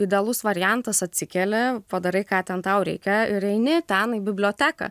idealus variantas atsikeli padarai ką ten tau reikia ir eini ten į biblioteką